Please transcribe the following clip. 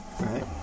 right